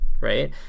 right